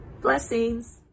Blessings